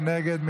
מי נגד?